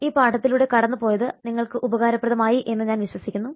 ഈ പാഠത്തിലൂടെ കടന്നു പോയത് നിങ്ങൾക്ക് ഉപകാരപ്രദമായി എന്ന് ഞാൻ വിശ്വസിക്കുന്നു